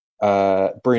Bruno